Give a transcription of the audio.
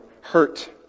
hurt